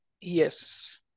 Yes